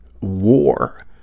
war